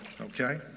okay